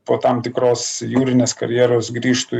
po tam tikros jūrinės karjeros grįžtų